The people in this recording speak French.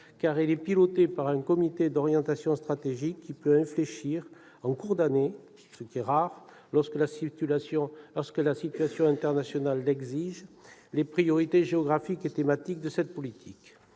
car elle est pilotée par un comité d'orientation stratégique qui peut infléchir en cours d'année, ce qui est rare, lorsque la situation internationale l'exige, les priorités géographiques et thématiques de cette politique.